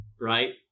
right